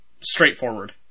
straightforward